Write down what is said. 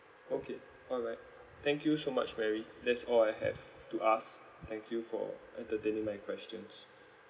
okay alright thank you so much mary that's all I have to ask thank you for entertaining my questions